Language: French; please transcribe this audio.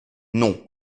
non